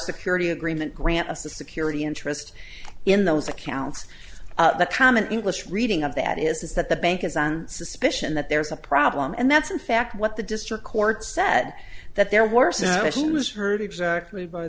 security agreement grant us a security interest in those accounts the common english reading of that is that the bank is on suspicion that there's a problem and that's in fact what the district court said that they're worse that he was hurt exactly by